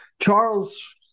Charles